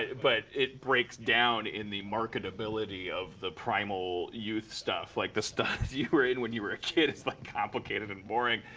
but it breaks down in the marketability of the primal youth stuff. like, the stuff you were into and when you were a kid is, like, complicated and boring.